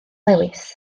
lewis